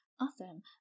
awesome